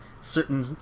certain